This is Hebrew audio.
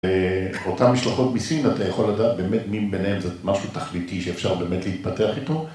ואותם משלחות מסין אתה יכול לדעת באמת מי מביניהן זה משהו תכליתי שאפשר באמת להתפתח איתו